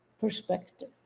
perspective